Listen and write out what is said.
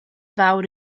fawr